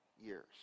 years